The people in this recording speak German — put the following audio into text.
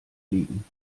liegen